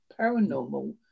paranormal